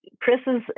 Chris's